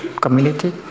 community